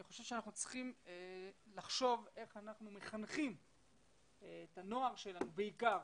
אני חושב שאנחנו צריכים לחשוב איך אנחנו מחנכים את הנוער שלנו בעיקר,